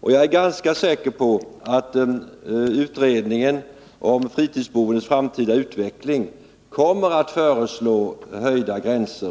Jag är ganska säker på att utredningen om fritidsboendets framtida utveckling kommer att föreslå höjda gränser.